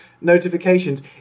notifications